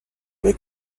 big